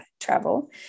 travel